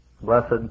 Blessed